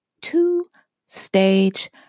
two-stage